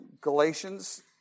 Galatians